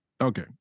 Okay